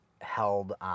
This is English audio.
held